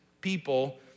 people